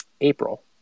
april